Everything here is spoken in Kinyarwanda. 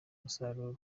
umusaruro